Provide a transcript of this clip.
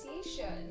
association